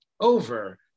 over